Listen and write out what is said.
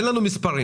לגבי הכוסות,